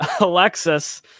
Alexis